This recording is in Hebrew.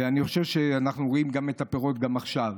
אני חושב שאנחנו רואים את הפירות גם עכשיו.